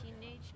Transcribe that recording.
teenage